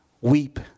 weep